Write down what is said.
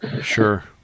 sure